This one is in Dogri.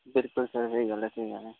बिलकुल सर स्हेई गल्ल ऐ स्हेई गल्ल ऐ